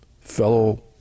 fellow